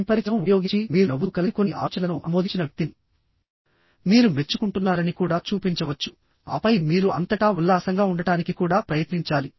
కంటి పరిచయం ఉపయోగించి మీరు నవ్వుతూ కలిసి కొన్ని ఆలోచనలను ఆమోదించిన వ్యక్తిని మీరు మెచ్చుకుంటున్నారని కూడా చూపించవచ్చుఆపై మీరు అంతటా ఉల్లాసంగా ఉండటానికి కూడా ప్రయత్నించాలి